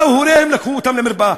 באו הוריהם ולקחו אותם למרפאה.